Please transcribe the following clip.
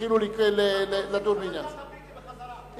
כשהתחילו לדון בעניין זה.